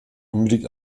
unbedingt